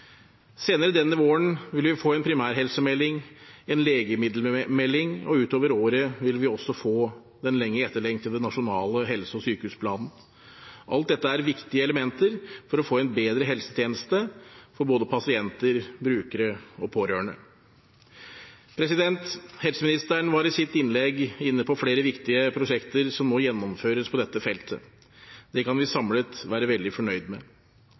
Senere denne våren vil vi få en primærhelsemelding, en legemiddelmelding og lenger ut på året vil vi også få den lenge etterlengtede nasjonale helse- og sykehusplanen. Alt dette er viktige elementer for å få en bedre helsetjeneste for både pasienter, brukere og pårørende. Helseministeren var i sitt innlegg inne på flere viktige prosjekter som nå gjennomføres på dette feltet. Det kan vi samlet være veldig fornøyd med.